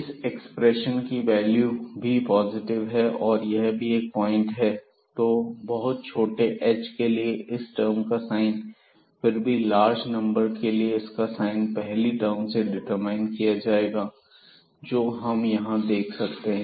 इस एक्सप्रेशन की यह वैल्यू भी पॉजिटिव है और यह भी एक पॉइंट है तो बहुत छोटे h के लिए इस टर्म का साइन फिर भी लार्ज नंबर्स के लिए इनका साइन पहली टर्म से डिटरमाइन किया जाएगा जो हम यहां देख सकते हैं